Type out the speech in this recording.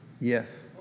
yes